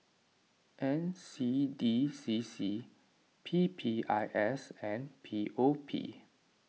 N C D C C P P I S and P O P